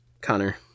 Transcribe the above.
Connor